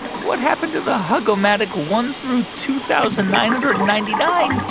what happened to the hug-o-matic one through two thousand nine hundred and ninety nine?